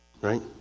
right